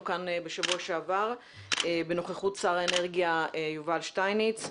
כאן בשבוע שעבר בנוכחות שר האנרגיה יובל שטייניץ,